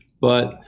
but,